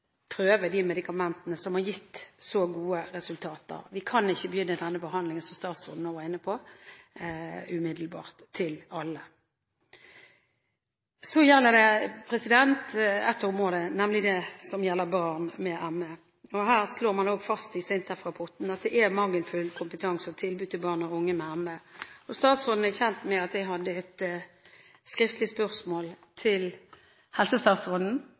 prøve disse medikamentene som har gitt så gode resultater. Vi kan ikke begynne med denne behandlingen som statsråden nå var inne på, umiddelbart til alle. Så gjelder det ett område, nemlig barn med ME: Her slår man også fast i SINTEF-rapporten at det er mangelfull kompetanse og tilbud til barn og unge med ME. Statsråden er kjent med at jeg hadde et skriftlig spørsmål til helsestatsråden